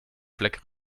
fleck